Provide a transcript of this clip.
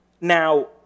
now